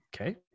Okay